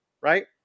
right